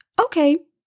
Okay